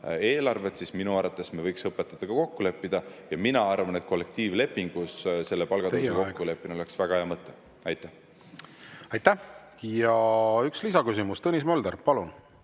eelarvest, siis minu arvates me võiks õpetajatega kokku leppida, ja mina arvan, et kollektiivlepingus selle palgatõusu kokkuleppimine oleks väga hea mõte. Aitäh! Ja üks lisaküsimus. Tõnis Mölder, palun!